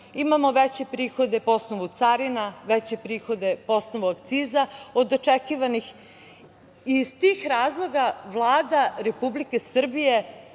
imamo veće prihode po osnovu carina, veće prihode po osnovu akciza od očekivanih. Iz tih razloga Vlada Republike Srbije